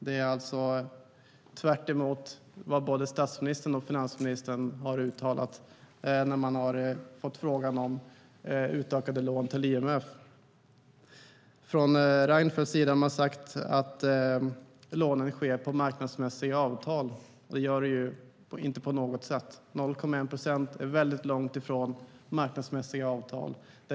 Det är tvärtemot vad både statsministern och finansministern har uttalat när de har fått frågan om utökade lån till IMF. Reinfeldt har sagt att lånen sker enligt marknadsmässiga avtal. Så är det på intet sätt. 0,1 procent är väldigt långt ifrån marknadsmässiga avtal.